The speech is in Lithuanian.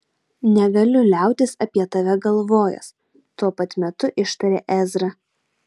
negaliu liautis apie tave galvojęs tuo pat metu ištarė ezra